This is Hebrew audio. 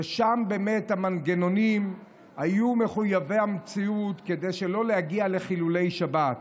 ובה המנגנונים באמת היו מחויבי המציאות כדי שלא להגיע לחילולי בשבת.